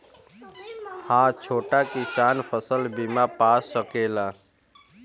हा छोटा किसान फसल बीमा पा सकेला?